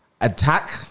attack